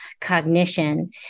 cognition